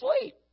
sleep